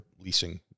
leasing